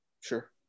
sure